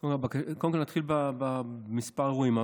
קודם כול, נתחיל במספר האירועים.